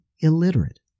illiterate